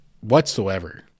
whatsoever